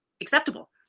acceptable